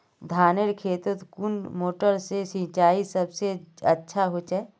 धानेर खेतोत कुन मोटर से सिंचाई सबसे अच्छा होचए?